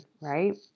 right